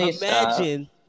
Imagine